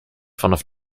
vanaf